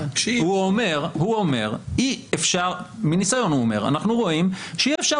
הוא אומר מניסיון הוא אומר אנחנו רואים שאי אפשר